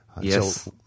Yes